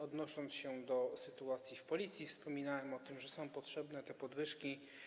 Odnosząc się do sytuacji w Policji, wspominałem o tym, że są potrzebne podwyżki.